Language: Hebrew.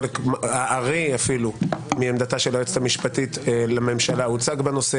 החלק הארי מעמדתה של היועצת המשפטית לממשלה הוצג בנושא,